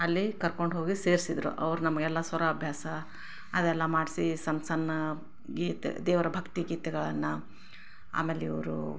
ಅಲ್ಲಿ ಕರ್ಕೊಂಡೋಗಿ ಸೇರಿಸಿದ್ರು ಅವ್ರು ನಮಗೆಲ್ಲ ಸ್ವರ ಅಭ್ಯಾಸ ಅದೆಲ್ಲ ಮಾಡಿಸಿ ಸಣ್ಣ ಸಣ್ಣ ಗೀತೆ ದೇವರ ಭಕ್ತಿಗೀತೆಗಳನ್ನು ಆಮೇಲೆ ಇವ್ರು